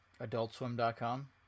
Adultswim.com